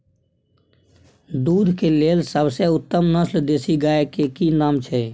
दूध के लेल सबसे उत्तम नस्ल देसी गाय के की नाम छै?